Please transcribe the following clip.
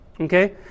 okay